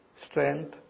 strength